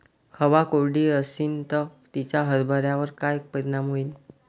हवा कोरडी अशीन त तिचा हरभऱ्यावर काय परिणाम होईन?